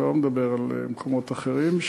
אני לא מדבר על מקומות אחרים,